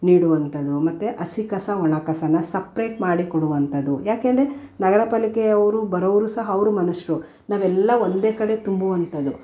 ನೀಡುವಂಥದು ಮತ್ತು ಹಸಿಕಸ ಒಣಕಸ ಸಪ್ರೇಟ್ ಮಾಡಿ ಕೊಡುವಂಥದು ಯಾಕೆಂದರೆ ನಗರ ಪಾಲಿಕೆಯವರು ಬರೋವ್ರು ಸಹ ಅವರು ಮನುಷ್ಯರು ನಾವೆಲ್ಲಾ ಒಂದೇ ಕಡೆ ತುಂಬುವಂಥದು